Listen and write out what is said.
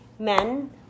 men